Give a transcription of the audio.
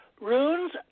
Runes